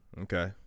Okay